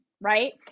right